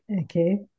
Okay